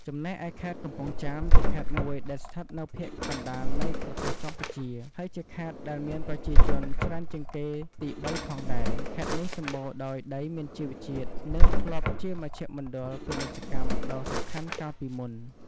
ចំណែកឯខេត្តកំពង់ចាម ជាខេត្តមួយដែលស្ថិតនៅភាគកណ្តាលនៃប្រទេសកម្ពុជា ហើយជាខេត្តដែលមានប្រជាជនច្រើនជាងគេទីបីផងដែរ ខេត្តនេះសម្បូរដោយដីមានជីជាតិនិងធ្លាប់ជាមជ្ឈមណ្ឌលពាណិជ្ជកម្មដ៏សំខាន់កាលពីមុន។